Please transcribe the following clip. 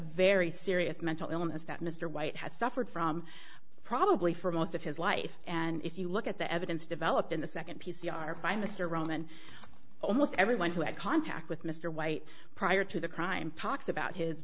very serious mental illness that mr white has suffered from probably for most of his life and if you look at the evidence developed in the second p c r by mr roman almost everyone who had contact with mr white prior to the crime pocs about his